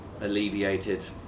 alleviated